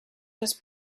just